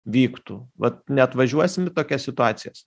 vyktų vat neatvažiuosim į tokias situacijas